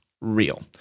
real